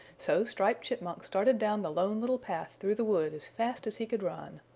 so striped chipmunk started down the lone little path through the wood as fast as he could run.